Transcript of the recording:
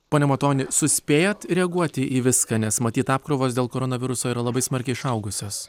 pone matoni suspėjat reaguoti į viską nes matyt apkrovos dėl koronaviruso yra labai smarkiai išaugusios